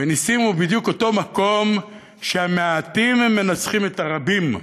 ונסים זה בדיוק אותו מקום שבו המעטים מנצחים את הרבים.